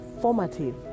formative